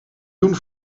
doen